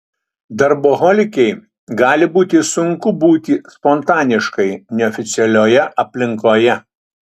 darboholikei gali būti sunku būti spontaniškai neoficialioje aplinkoje